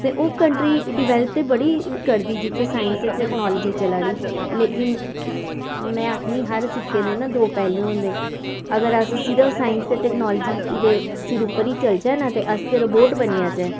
ते ओह् country develop बड़ी करदी जित्थें साइंस ते टेक्नोलॉजी चला दी लेकिन में आखनी हर सिक्के दे ना दो पैह्लू होंदे अगर अस सिर्फ साइंस ते टेक्नोलॉजी दे सिर पर ही चलचै ना अस ते रोबोट बनी जाचै